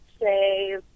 say